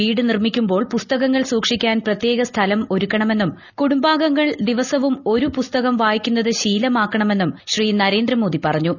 വീട് നിർമ്മിക്കുമ്പോൾ പുസ്തകങ്ങൾ സൂക്ഷിക്കാൻ പ്രത്യേക സ്ഥലം ഒരുക്കണമെന്നും കുടുംബാംഗങ്ങൾ ദ്രിവസവും ഒരു പുസ്തകം വായിക്കുന്നത് ശീലിമാക്കണമെന്ന്റ്രി ശ്രീ നരേന്ദ്രമോദി പറഞ്ഞു